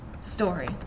story